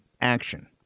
action